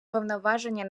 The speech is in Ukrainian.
повноваження